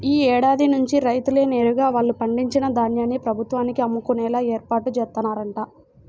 యీ ఏడాది నుంచి రైతులే నేరుగా వాళ్ళు పండించిన ధాన్యాన్ని ప్రభుత్వానికి అమ్ముకునేలా ఏర్పాట్లు జేత్తన్నరంట